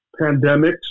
pandemics